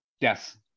Yes